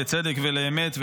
לצדק ולאמת,